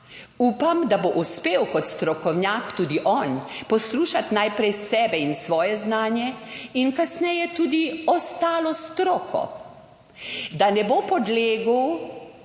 upam da bo uspel kot strokovnjak tudi on, poslušati najprej sebe in svoje znanje in kasneje tudi ostalo stroko, da ne bo podlegel